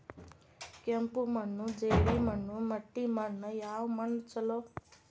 ಕೆಂಪು ಮಣ್ಣು, ಜೇಡಿ ಮಣ್ಣು, ಮಟ್ಟಿ ಮಣ್ಣ ಯಾವ ಮಣ್ಣ ಛಲೋ?